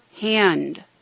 hand